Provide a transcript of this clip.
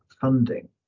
funding